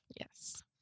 Yes